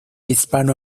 hispano